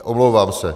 Omlouvám se.